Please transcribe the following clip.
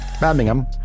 Birmingham